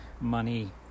money